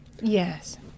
Yes